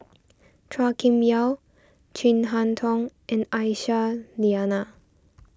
Chua Kim Yeow Chin Harn Tong and Aisyah Lyana